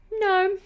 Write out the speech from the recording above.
no